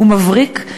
הוא מבריק.